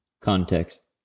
context